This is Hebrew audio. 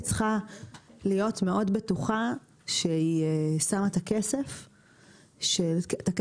היא צריכה להיות מאוד בטוחה שהיא שמה את הכסף הציבורי